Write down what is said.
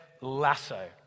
Lasso